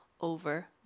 over